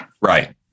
Right